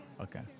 Okay